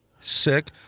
Sick